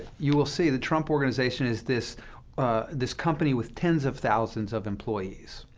you will see the trump organization is this this company with tens of thousands of employees.